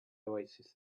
oasis